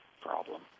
problem